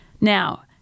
Now